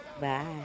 Bye